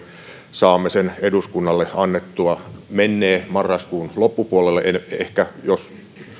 saamme sen eduskunnalle annettua mennee marraskuun loppupuolelle jos